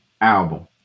album